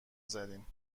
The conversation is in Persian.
زدیم